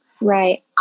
Right